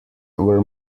were